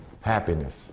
happiness